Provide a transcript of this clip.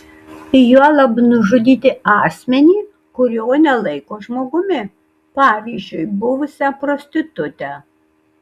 juolab nužudyti asmenį kurio nelaiko žmogumi pavyzdžiui buvusią prostitutę